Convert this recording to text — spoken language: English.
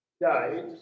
died